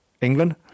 England